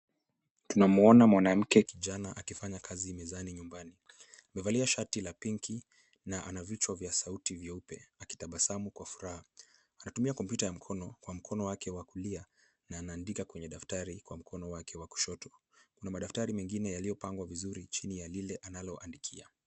Tunamuona mwanamke kijana akifanya kazi mezani nyumbani. Amevalia shati la pinki na ana vi vyeupe akitabasamu kwa furaha. Anatumia cs computer cs ya mkono kwa mkono wake wa kulia, na anaandika kwa daftari kwa mkono wake wa kushoto. Kuna madaftari mengine yaliyopangwa vizuri chini ya lile analoandikia.